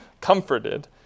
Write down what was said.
comforted